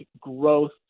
growth